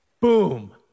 boom